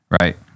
right